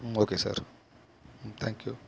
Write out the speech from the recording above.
ம் okay sir ம் thank you